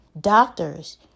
doctors